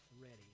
ready